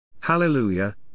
Hallelujah